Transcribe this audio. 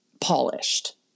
polished